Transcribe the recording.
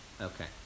Okay